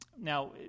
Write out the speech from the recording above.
Now